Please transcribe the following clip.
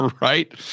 right